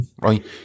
right